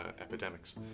epidemics